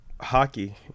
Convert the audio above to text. hockey